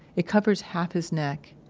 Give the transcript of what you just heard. it covers half his neck.